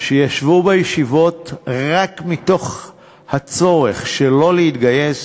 שישבו בישיבות רק מתוך הצורך שלא להתגייס